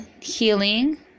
Healing